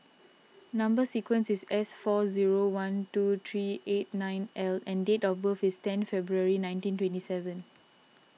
Number Sequence is S four zero one two three eight nine L and date of birth is ten February nineteen twenty seven